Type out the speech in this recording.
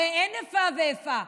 הרי אין איפה ואיפה.